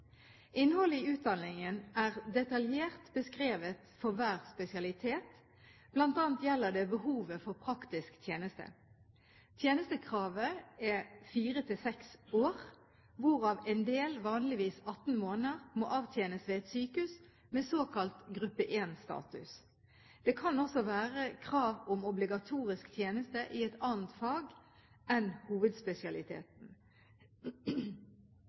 Innholdet i utdanningen er detaljert beskrevet for hver spesialitet, bl.a. gjelder det behovet for praktisk tjeneste. Tjenestekravet er 4–6 år, hvorav én del – vanligvis 18 måneder – må avtjenes ved et sykehus med såkalt Gruppe 1-status. Det kan også være krav om obligatorisk tjeneste i et annet fag enn hovedspesialiteten.